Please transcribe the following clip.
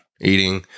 eating